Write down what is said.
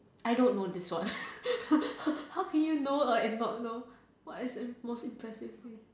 I don't know this one how can you know a and not know what is an most impressive thing